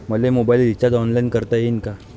मले mobile recharge online करता येईन का?